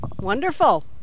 Wonderful